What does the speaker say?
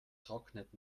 trocknet